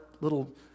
little